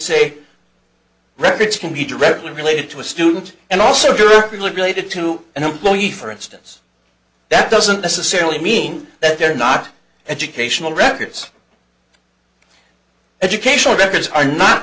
say records can be directly related to a student and also if you're really related to an employee for instance that doesn't necessarily mean that they're not educational records educational records are not